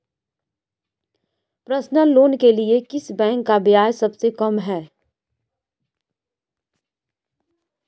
Personal loan के लिए किस बैंक का ब्याज सबसे कम है?